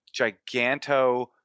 giganto